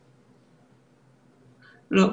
לא.